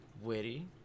witty